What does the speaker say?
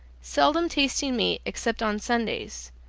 seldom tasting meat except on sundays,